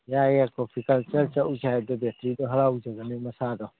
ꯌꯥꯏꯌꯦ coffee culture ꯆꯎꯁꯦ ꯍꯥꯏꯗꯣ ꯕꯦꯇ꯭ꯔꯤꯗꯣ ꯍꯔꯥꯎꯖꯒꯅꯤ ꯃꯁꯥꯗꯣ